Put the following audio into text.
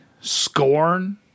Scorn